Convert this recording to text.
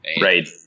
Right